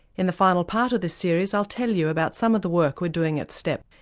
in the final part of this series i'll tell you about some of the work we're doing at step.